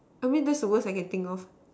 I mean that's the worst I can think off